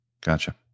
Gotcha